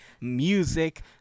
music